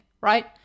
right